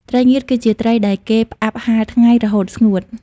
ត្រីងៀតគឺជាត្រីដែលគេផ្អាប់ហាលថ្ងៃ រហូតស្ងួត ។